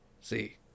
See